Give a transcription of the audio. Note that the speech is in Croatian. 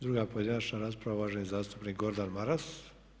Druga pojedinačna rasprava uvaženi zastupnik Gordan Maras.